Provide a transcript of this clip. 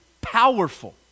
powerful